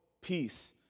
peace